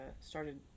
started